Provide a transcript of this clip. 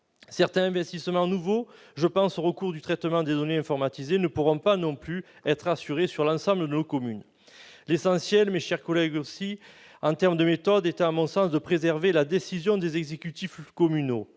Certains investissements nouveaux- je pense au recours au traitement de données informatisées -ne pourront pas non plus être assurés sur l'ensemble de nos communes. Mes chers collègues, l'essentiel aussi, en termes de méthode, est à mon sens de préserver la décision des exécutifs communaux.